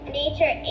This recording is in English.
nature